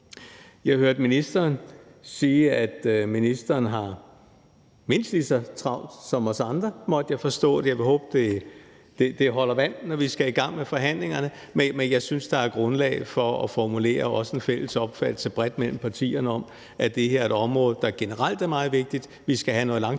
Jeg hørte ministeren sige, at ministeren har mindst lige så travlt som os andre; sådan måtte jeg forstå det. Jeg vil håbe, det holder vand, når vi skal i gang med forhandlingerne, men jeg synes, der er grundlag for også at formulere en fælles opfattelse bredt mellem partierne om, at det her er et område, der generelt er meget vigtigt. Vi skal have noget langtidsplanlægning,